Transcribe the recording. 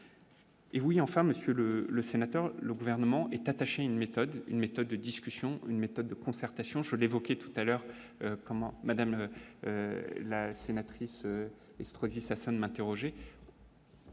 Eh oui, enfin Monsieur le le sénateur, le gouvernement est attaché une méthode, une méthode de discussion, une méthode de concertation, je l'évoquais tout à l'heure, comment Madame la sénatrice, Estrosi, ça, ça ne m'interroger.